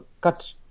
cut